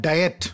Diet